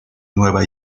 nueva